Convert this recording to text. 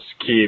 keep